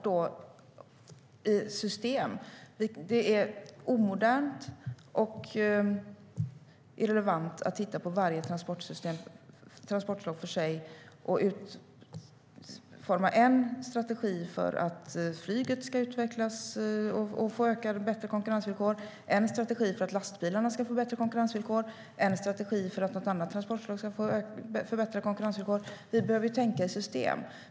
Det är omodernt och irrelevant att titta på varje transportslag för sig och utforma en strategi för att flyget ska utvecklas och få bättre konkurrensvillkor, en strategi för att lastbilarna ska få bättre konkurrensvillkor och en strategi för att något annat transportslag ska få bättre konkurrensvillkor. Vi behöver tänka i system.